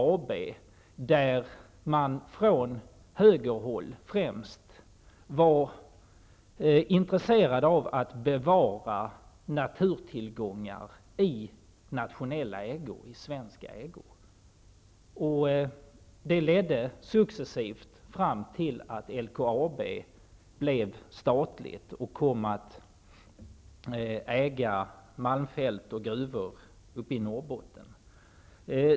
Man var främst från högerhåll intresserad av att bevara naturtillgångar i nationell ägo, i svensk ägo. Detta ledde successivt fram till att LKAB blev statligt och kom att äga malmfält och gruvor uppe i Norrbotten.